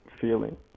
feeling